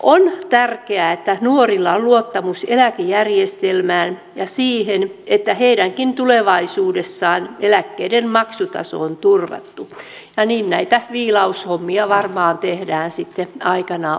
on tärkeää että nuorilla on luottamus eläkejärjestelmään ja siihen että heidänkin tulevaisuudessaan eläkkeiden maksutaso on turvattu ja niin näitä viilaushommia varmaan tehdään sitten aikanaan